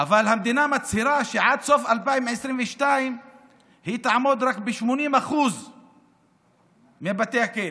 אבל המדינה מצהירה שעד סוף 2022 היא תעמוד רק ב-80% מבתי הכלא?